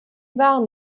waren